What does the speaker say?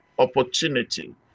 opportunity